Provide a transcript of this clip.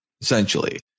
essentially